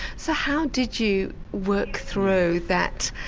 so how did you work through that?